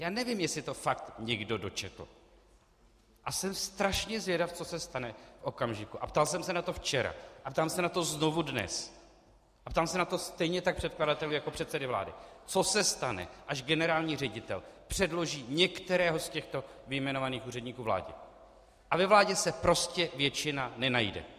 Já nevím, jestli to fakt někdo dočetl, a jsem strašně zvědav, co se stane v okamžiku a ptal jsem se na to včera a ptám se na to znovu dnes a ptám se na to stejně tak předkladatele jako předsedy vlády , co se stane, až generální ředitel předloží některého z těchto vyjmenovaných úředníků vládě a ve vládě se prostě většina nenajde.